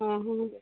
ହଁ ହୁଁ